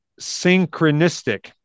synchronistic